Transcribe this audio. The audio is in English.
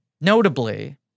notably